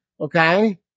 okay